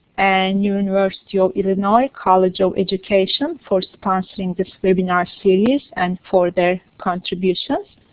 and university of illinois college of education for sponsoring this webinar series and for their contributions.